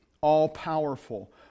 all-powerful